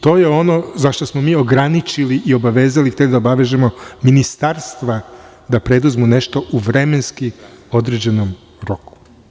To je ono zašto smo mi ograničili i obavezali tek da obavežemo ministarstva da preduzmu nešto u vremenski određenom roku.